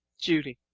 judy